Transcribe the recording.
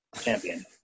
champion